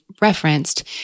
referenced